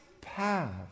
path